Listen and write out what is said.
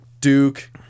Duke